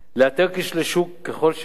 לאתר כשלי שוק ככל שיש,